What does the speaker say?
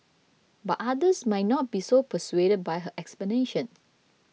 but others might not be so persuaded by her explanation